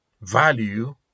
value